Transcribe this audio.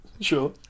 Sure